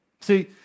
See